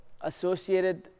associated